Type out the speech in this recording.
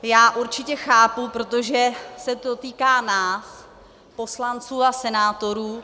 Já určitě chápu, protože se to týká nás, poslanců a senátorů.